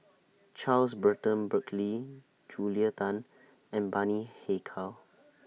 Charles Burton Buckley Julia Tan and Bani Haykal